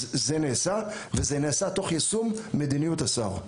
אז זה נעשה וזה נעשה תוך יישום מדיניות השר.